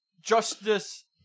justice